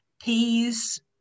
peas